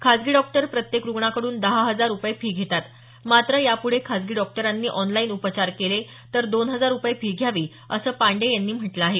खासगी डॉक्टर प्रत्येक रुग्णाकडून दहा हजार रुपये फी घेतात मात्र यापुढे खासगी डॉक्टरांनी ऑनलाईन उपचार केले तर दोन हजार रुपये फी घ्यावी असं पांडेय यांनी म्हटलं आहे